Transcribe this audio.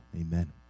Amen